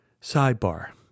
Sidebar